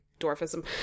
dwarfism